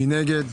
מי נגד?